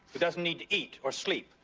who doesn't need to eat or sleep,